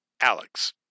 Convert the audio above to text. Alex